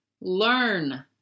learn